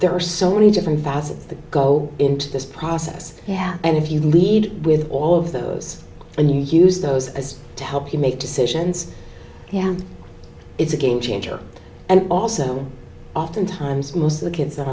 there are so many different facets that go into this process yeah and if you lead with all of those and you use those as to help you make decisions yeah it's a game changer and also often times most of the kids that